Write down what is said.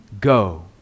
Go